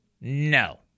No